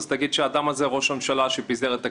אז תגיד שהאדם הזה הוא ראש הממשלה שפיזר את הכנסת.